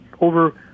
over